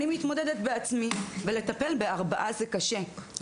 אני מתמודדת בעצמי ולטפל בארבעה ילדים זה קשה,